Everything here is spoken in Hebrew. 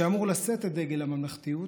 שאמור לשאת את דגל הממלכתיות,